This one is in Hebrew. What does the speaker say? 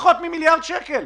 ובמציאות, פחות ממיליארד שקל.